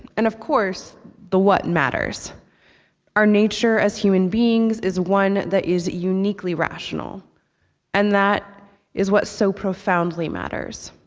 and of course the what and matters our nature as human beings is one that is uniquely rational and that is what so profoundly matters.